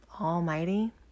almighty